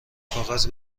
کاغذ